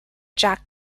jack